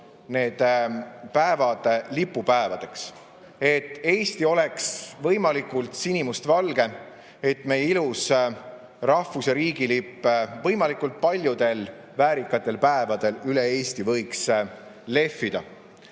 need päevad lipupäevadeks, et Eesti oleks võimalikult sinimustvalge, et meie ilus rahvus‑ ja riigilipp võimalikult paljudel väärikatel päevadel üle Eesti võiks lehvida.